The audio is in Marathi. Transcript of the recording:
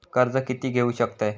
कर्ज कीती घेऊ शकतत?